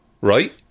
right